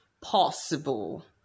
possible